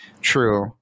True